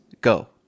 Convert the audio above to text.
Go